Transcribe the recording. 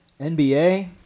NBA